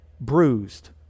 bruised